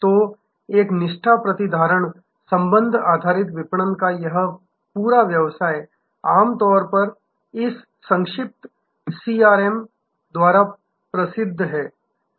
तो एक निष्ठा प्रतिधारण संबंध आधारित विपणन का यह पूरा व्यवसाय आम तौर पर इस संक्षिप्त सीआरएम ग्राहक संबंध प्रबंधन द्वारा प्रसिद्ध है